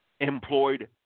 Employed